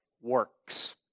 works